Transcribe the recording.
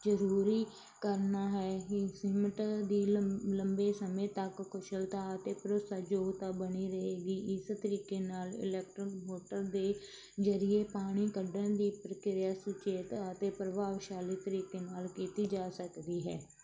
ਜ਼ਰੂਰੀ ਕਰਨਾ ਹੈ ਹੀ ਸੀਮਿੰਟ ਦੀ ਲੰਬ ਲੰਬੇ ਸਮੇਂ ਤੱਕ ਕੁਸ਼ਲਤਾ ਅਤੇ ਭਰੋਸਾ ਯੋਗਤਾ ਬਣੀ ਰਹੇਗੀ ਇਸ ਤਰੀਕੇ ਨਾਲ ਇਲੈਕਟਰਨ ਮੋਟਰ ਦੇ ਜ਼ਰੀਏ ਪਾਣੀ ਕੱਢਣ ਦੀ ਪ੍ਰਕਿਰਿਆ ਸੁਚੇਤ ਅਤੇ ਪ੍ਰਭਾਵਸ਼ਾਲੀ ਤਰੀਕੇ ਨਾਲ ਕੀਤੀ ਜਾ ਸਕਦੀ ਹੈ